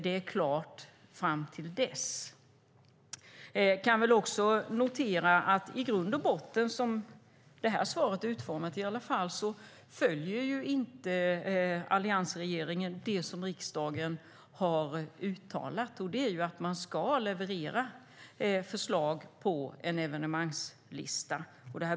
Vi kan också notera att i grund och botten - i alla fall som svaret är utformat - följer inte alliansregeringen det som riksdagen har uttalat, det vill säga att man ska leverera förslag på en evenemangslista.